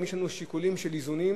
אם יש לנו שיקולים של איזונים,